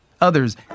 Others